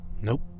Nope